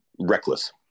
reckless